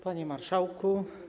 Panie Marszałku!